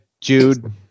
Jude